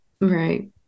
Right